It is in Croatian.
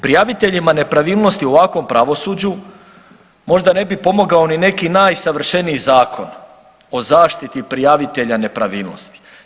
Prijaviteljima nepravilnosti u ovakvom pravosuđu možda ne bi pomogao ni neki najsavršeniji Zakon o zaštiti prijavitelja nepravilnosti.